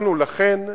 לכן,